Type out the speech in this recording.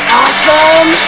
awesome